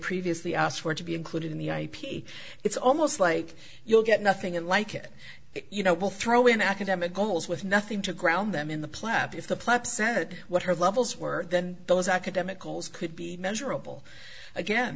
previously asked for to be included in the ip it's almost like you'll get nothing and like it you know will throw in academic goals with nothing to ground them in the plat if the pledge said what her levels were then those academic goals could be measurable again